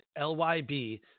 LYB